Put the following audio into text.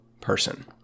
person